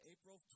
April